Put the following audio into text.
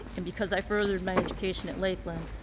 and because i furthered my education at lakeland,